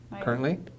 Currently